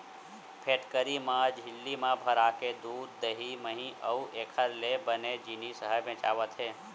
factory म झिल्ली म भराके दूद, दही, मही अउ एखर ले बने जिनिस ह बेचावत हे